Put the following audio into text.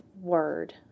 word